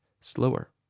slower